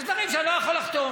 יש דברים שאני לא יכול לחתום.